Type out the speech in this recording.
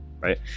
right